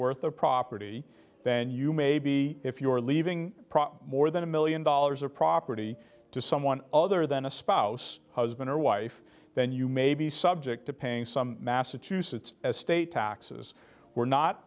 worth of property then you maybe if you are leaving more than a million dollars or property to someone other than a spouse husband or wife then you may be subject to paying some massachusetts as state taxes we're not